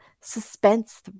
suspense